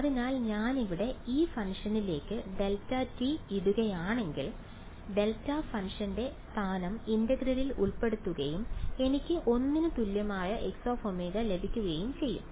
അതിനാൽ ഞാൻ ഇവിടെ ഈ ഫംഗ്ഷനിലേക്ക് δ ഇടുകയാണെങ്കിൽ ഡെൽറ്റ ഫംഗ്ഷന്റെ സ്ഥാനം ഇന്റഗ്രലിൽ ഉൾപ്പെടുത്തുകയും എനിക്ക് 1 ന് തുല്യമായ Xω ലഭിക്കുകയും ചെയ്യും